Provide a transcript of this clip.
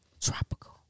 Tropical